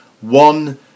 One